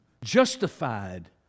justified